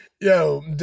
Yo